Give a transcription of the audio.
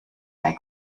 bei